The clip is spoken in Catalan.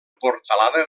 portalada